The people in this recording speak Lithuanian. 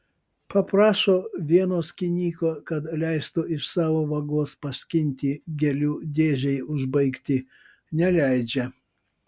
paprašo vieno skyniko kad leistų iš savo vagos paskinti gėlių dėžei užbaigti neleidžia